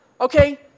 Okay